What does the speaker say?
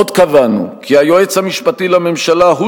עוד קבענו כי היועץ המשפטי לממשלה הוא